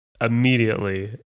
immediately